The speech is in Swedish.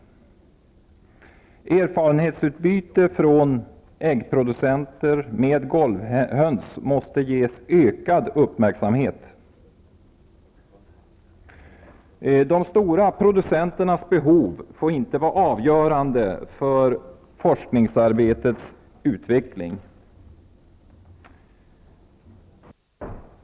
Erfarenheterna från äggproducenter med golvhöns måste ges ökad uppmärksamhet. De stora producenternas behov får inte vara avgörande för forskningsarbetets utveckling.